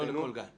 לא לכל גן.